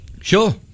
sure